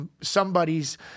somebody's